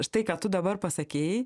štai ką tu dabar pasakei